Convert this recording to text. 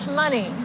money